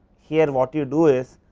here what you do is,